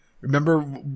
remember